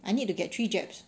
I need to get three jabs